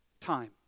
Time